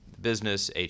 business